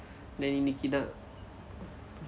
then இன்னைக்கு தான்:innaikku thaan